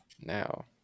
now